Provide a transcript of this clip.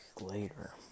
later